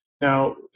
Now